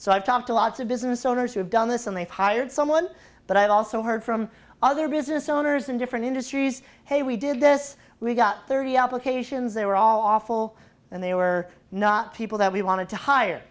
so i've talked to lots of business owners who have done this and they've hired someone but i've also heard from other business owners in different industries hey we did this we got thirty applications they were all awful and they were not people that we wanted to hire